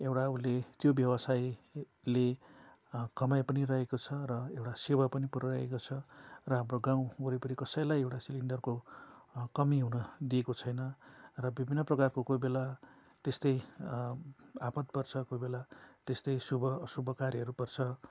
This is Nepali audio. एउटा उसले त्यो व्यवसायले कमाइ पनि रहेको छ र एउटा सेवा पनि पुऱ्याइ रहेको छ र हाम्रो गाउँ वरिपरि कसैलाई एउटा सिलिन्डरको कमि हुन दिएको छैन र विभिन्न प्रकारको कोही बेला त्यस्तै आपद पर्छ कोही बेला त्यस्तै शुभ शुभ कार्यहरू पर्छ